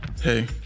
Hey